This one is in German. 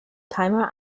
timer